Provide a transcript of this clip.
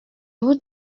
vous